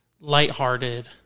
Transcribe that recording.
light-hearted